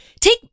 Take